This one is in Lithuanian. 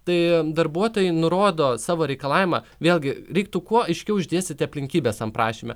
tai darbuotojai nurodo savo reikalavimą vėlgi reiktų kuo aiškiau išdėstyti aplinkybes tam prašyme